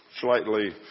slightly